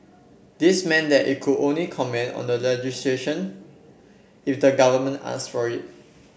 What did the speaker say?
this meant that it could only comment on legislation if the government asked for it